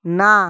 না